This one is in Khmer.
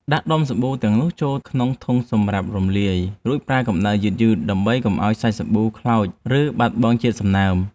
ដាក់ដុំសាប៊ូទាំងនោះចូលក្នុងធុងសម្រាប់រំលាយ រួចប្រើកម្ដៅយឺតៗ ដើម្បីកុំឱ្យសាច់សាប៊ូខ្លោច ឬបាត់បង់ជាតិសំណើម។